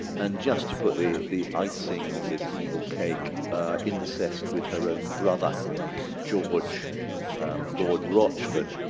and just to put the the icing on this evil cake incest with her own brother george lord rochford,